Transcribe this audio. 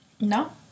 No